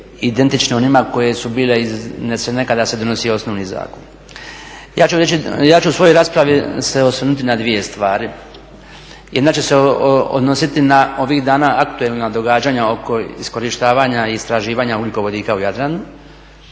identične onima koje su bile iznesene kada se donosio osnovni zakon. Ja ću u svojoj raspravi se osvrnuti na dvije stvari. Jedna će se odnositi na ovih dana aktualna događanja oko iskorištavanja i istraživanja ugljikovodika u Jadranu,